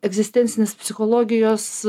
egzistencinis psichologijos